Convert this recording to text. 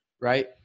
right